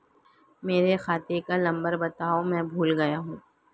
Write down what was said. मेरे खाते का नंबर बताओ मैं भूल गया हूं